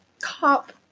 cop